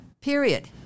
period